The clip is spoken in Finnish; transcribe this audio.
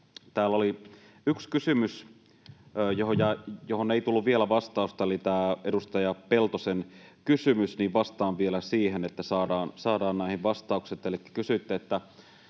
Täällä oli yksi kysymys, johon ei tullut vielä vastausta, eli tämä edustaja Peltosen kysymys. Vastaan vielä siihen, niin että saadaan näihin vastaukset.